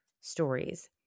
stories